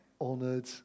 honoured